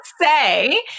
say